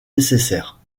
nécessaire